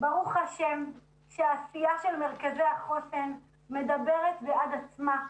ברוך השם שהעשייה של מרכזי החוסן מדברת בעד עצמה.